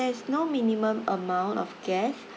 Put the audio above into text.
there's no minimum amount of guest